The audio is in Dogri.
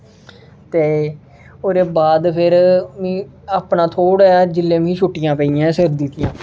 ते ओह्दे बाद फिर मिगी अपना थोह्ड़ा जेहा जेल्लै मिगी छुट्टियां पेइयां सर्दी दियां